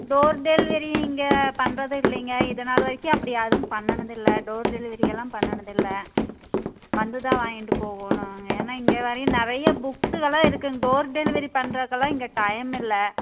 door delivery இங்கே பண்ணுறதில்லீங்க இத நாள் வரைக்கும் அப்படி எதுவும் பண்ணுனதில்ல டோர் டெலிவரியெல்லாம் பண்ணுனதில்ல வந்து தான் வாங்கிட்டு போகணுங்க ஏன்னா இங்கே வரையும் நிறையா புக்குகள்லாம் இருக்குங்க டோர் டெலிவரி பண்ணுறக்குலாம் இங்கே டைம் இல்லை